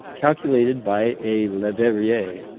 calculated by a leverrier,